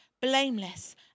blameless